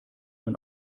man